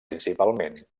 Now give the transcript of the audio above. principalment